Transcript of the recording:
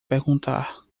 perguntar